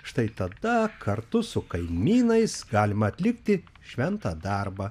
štai tada kartu su kaimynais galima atlikti šventą darbą